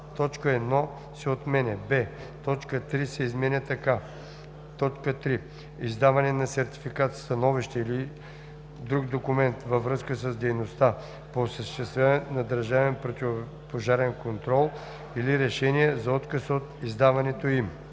точка 1 се отменя; б) точка 3 се изменя така: „3. издаване на сертификат, становище или друг документ във връзка с дейността по осъществяване на държавен противопожарен контрол или решение за отказ от издаването им;“